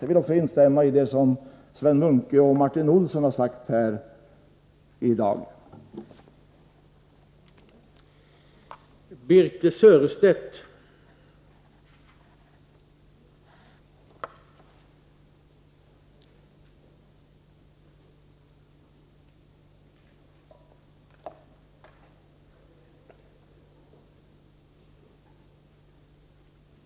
Jag vill också instämma i vad Sven Munke och Martin Olsson sagt här i dag.